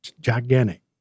gigantic